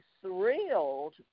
thrilled